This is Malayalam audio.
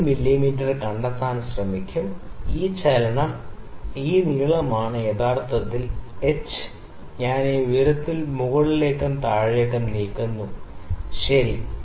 3 മില്ലീമീറ്റർ കണ്ടെത്താൻ കഴിയും ഈ ചലനം ഇത് നീളമാണ് h യഥാർത്ഥത്തിൽ ഞാൻ ഈ ഉയരത്തിലേക്ക് മുകളിലേക്കും താഴേക്കും നീക്കുന്നുവെന്ന് ശരി